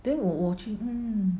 then 我 watching